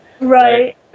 Right